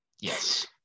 Yes